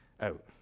out